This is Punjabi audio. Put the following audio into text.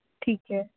ਠੀਕ ਹੈ